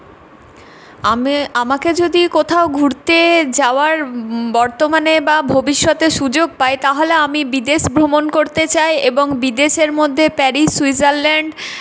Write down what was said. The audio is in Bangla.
আমে আমাকে যদি কোথাও ঘুরতে যাওয়ার বর্তমানে বা ভবিষ্যতে সুযোগ পাই তাহলে আমি বিদেশ ভ্রমণ করতে চাই এবং বিদেশের মধ্যে প্যারিস সুইজারল্যান্ড